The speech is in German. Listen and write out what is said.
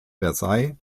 versailles